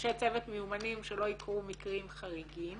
לאנשי צוות מיומנים שלא יקרו מקרים חריגים.